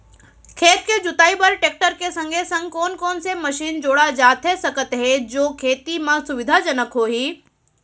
खेत के जुताई बर टेकटर के संगे संग कोन कोन से मशीन जोड़ा जाथे सकत हे जो खेती म सुविधाजनक होही?